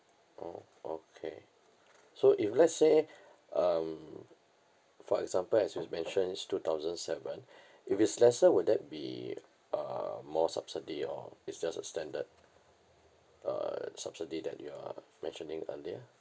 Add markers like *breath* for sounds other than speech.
oh okay so if let's say *breath* um for example as you've mentioned it's two thousand seven *breath* if it's lesser would that be uh more subsidy or it's just a standard uh subsidy that you are mentioning earlier